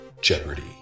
Jeopardy